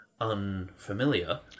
unfamiliar